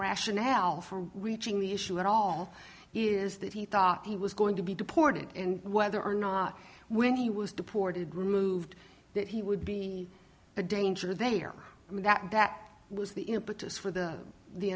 rationale for reaching the issue at all is that he thought he was going to be deported and whether or not when he was deported removed that he would be a danger they are and that that was the impetus for the the